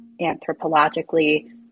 anthropologically